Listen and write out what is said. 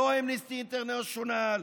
לא אמנסטי אינטרנשיונל,